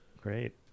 great